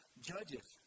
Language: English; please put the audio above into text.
judges